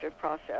process